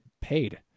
paid